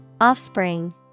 Offspring